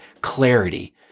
clarity